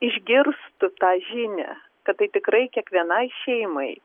išgirstų tą žinią kad tai tikrai kiekvienai šeimai